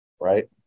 right